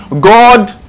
God